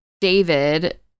david